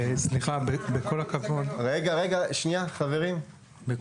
אהרון